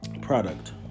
product